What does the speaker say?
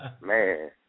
man